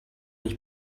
ich